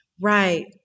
Right